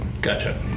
Gotcha